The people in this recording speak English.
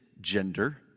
gender